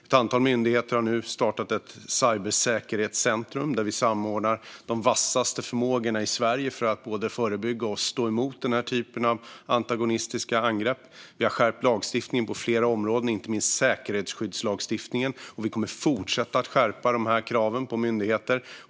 Ett antal myndigheter har nu startat ett cybersäkerhetscenter där vi samordnar de vassaste förmågorna i Sverige för att förebygga och stå emot den här typen av antagonistiska angrepp. Vi har skärpt lagstiftningen på flera områden, inte minst säkerhetsskyddslagstiftningen, och vi kommer att fortsätta skärpa de här kraven på myndigheter.